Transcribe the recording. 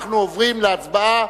אנחנו עוברים להצבעה